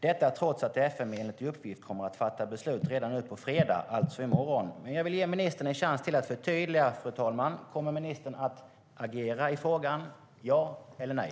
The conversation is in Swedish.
Detta trots att FMV enligt uppgift kommer att fatta beslut redan nu på fredag, alltså i morgon. Jag vill ge ministern en chans till att förtydliga, fru talman. Kommer ministern att agera i frågan, ja eller nej?